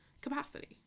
capacity